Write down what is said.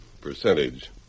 Percentage